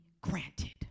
granted